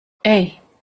hey